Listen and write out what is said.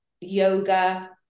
yoga